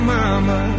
mama